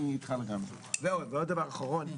דבר אחרון,